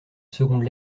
seconde